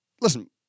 listen